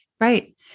Right